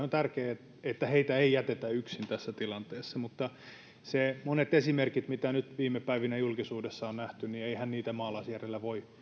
on tärkeää että heitä ei jätetä yksin tässä tilanteessa mutta eihän monia esimerkkejä mitä viime päivinä julkisuudessa on nähty maalaisjärjellä voi